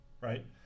right